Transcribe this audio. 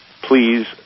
please